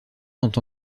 sont